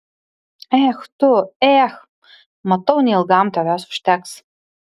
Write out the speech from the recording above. ech tu ech matau neilgam tavęs užteks